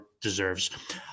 deserves